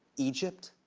egypt,